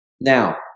Now